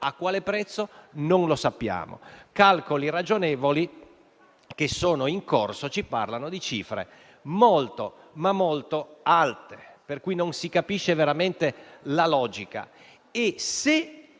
A quale prezzo? Non lo sappiamo: calcoli ragionevoli, che sono in corso, ci parlano di cifre molto, ma molto alte. Non si capisce veramente la logica, dunque.